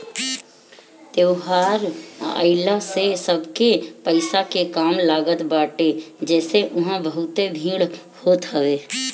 त्यौहार आइला से सबके पईसा के काम लागत बाटे जेसे उहा बहुते भीड़ होत हवे